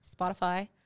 Spotify